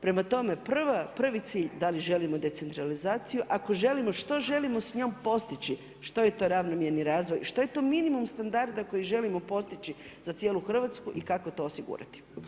Prema tome, prvi cilj da li želimo decentralizaciju, ako želimo što želimo s njom postići, što je to ravnomjerni razvoj i što je to minimum standarda koji želimo postići za cijelu Hrvatsku i kako to osigurati.